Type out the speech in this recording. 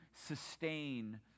sustain